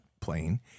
plane